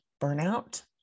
burnout